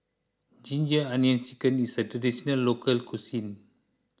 Ginger Onions Chicken is a Traditional Local Cuisine